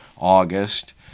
August